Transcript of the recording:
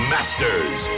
Masters